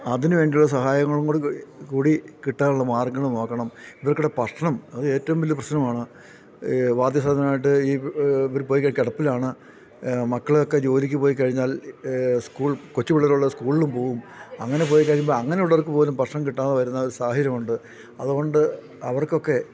അതിനുവേണ്ടിയുള്ള സഹായങ്ങളുംകൂടെ കൂടി കിട്ടാനുള്ള മാർഗ്ഗങ്ങള് നോക്കണം ഇവർക്കടെ ഭക്ഷണം അത് ഏറ്റവും വലിയ പ്രശ്നമാണ് ഈ വാർധക്യസഹജമായിട്ട് ഇ ഇവര് കിടപ്പിലാണ് മക്കളൊക്കെ ജോലിക്കു പോയിക്കഴിഞ്ഞാൽ സ്കൂളില് കൊച്ചു പിള്ളേരുള്ളത് സ്കൂളിലും പോവും അങ്ങനെ പോയിക്കഴിയുമ്പോള് അങ്ങനെയുള്ളവർക്കുപോലും ഭക്ഷണം കിട്ടാതെ വരുന്ന ഒരു സാഹചര്യമുണ്ട് അതുകൊണ്ട് അവർക്കൊക്കെ